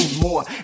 more